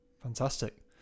fantastic